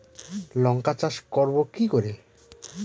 লঙ্কা চাষ করব কি করে?